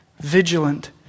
vigilant